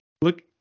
look